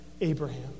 Abraham